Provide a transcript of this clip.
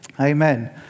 Amen